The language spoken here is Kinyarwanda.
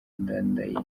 ndadaye